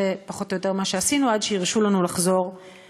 זה פחות או יותר מה שעשינו עד שהרשו לנו לחזור לשדר.